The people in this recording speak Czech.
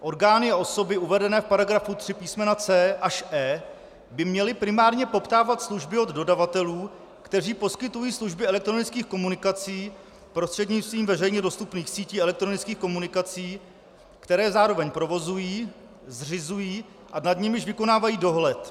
Orgány a osoby uvedené v § 3 písm. c) až e) by měly primárně poptávat služby od dodavatelů, kteří poskytují služby elektronických komunikací prostřednictvím veřejně dostupných sítí elektronických komunikací, které zároveň provozují, zřizují a nad nimiž vykonávají dohled.